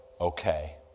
okay